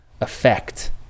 effect